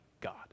God